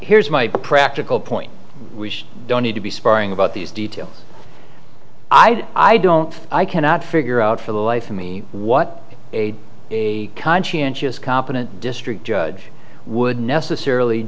here's my practical point we don't need to be sparing about these details i don't i cannot figure out for the life of me what a a conscientious competent district judge would necessarily